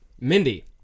Mindy